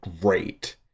great